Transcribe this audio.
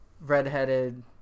redheaded